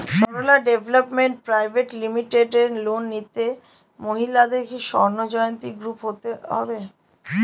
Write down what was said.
Sarala development private limited loan নিতে মহিলাদের কি স্বর্ণ জয়ন্তী গ্রুপে হতে হবে?